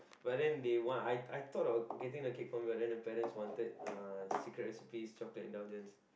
but then they want I I thought of getting the cake from the then the parents wanted uh Secret Recipe's chocolate indulgence